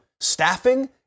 staffing